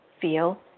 feel